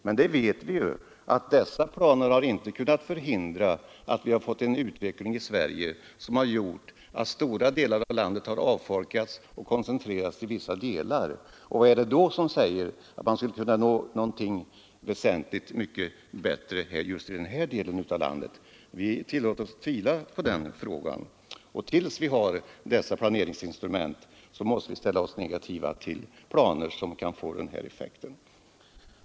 Men vi vet att dessa planer inte har kunnat förhindra en utveckling i Sverige som avfolkat stora delar av landet och koncentrerat människorna till vissa delar. Vad är det då som säger att man skulle nå ett väsentligt mycket bättre resultat i den här delen av landet? Vi tillåter oss att tvivla på den saken. Till dess vi har dessa planeringsinstrument måste vi ställa oss negativa till planer som kan få en sådan effekt.